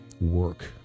work